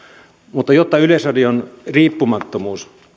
mutta jotta yleisradion riippumattomuus